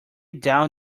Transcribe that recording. down